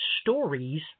stories